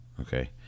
Okay